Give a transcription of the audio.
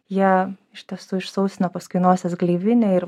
jie iš tiesų išsausina paskui nosies gleivinę ir